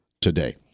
today